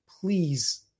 please